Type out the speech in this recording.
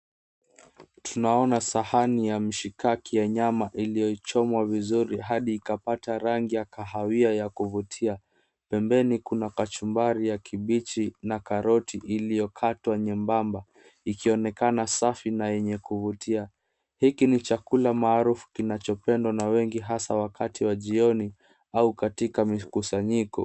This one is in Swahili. Tunaona sahani ya mshikaki ya nyama iliochomwa vizuri hadi ikapata rangi ya kahawia ya kuvutia. Pembeni kuna kachumbari ya kipichi na karoti iliokatwa nyembamba ikionekana safi ya yenye kuvutia. Hiki ni chakula maarufu kinachopendwa ba wengi haswa wakati wa jioni au katika mikusanyiko.